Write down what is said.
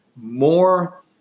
more